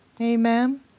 Amen